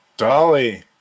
Dolly